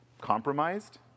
Compromised